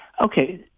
Okay